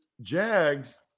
Jags